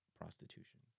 prostitution